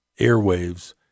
airwaves